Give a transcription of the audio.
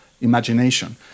imagination